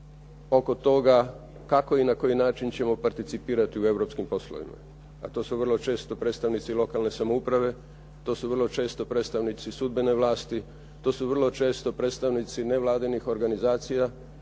oko toga kako i na koji način ćemo participirati u europskim poslovima a to su vrlo često predstavnici lokalne samouprave, to su vrlo često predstavnici sudbene vlasti, to su vrlo često predstavnici nevladinih organizacija.